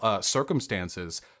circumstances